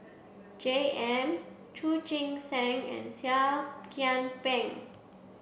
J M Chu Chee Seng and Seah Kian Peng